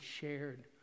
shared